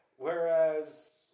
Whereas